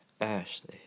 Ashley